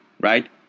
right